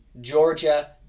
Georgia